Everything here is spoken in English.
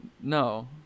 No